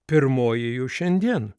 pirmoji jų šiandien